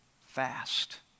fast